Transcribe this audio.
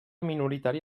minoritari